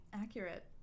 accurate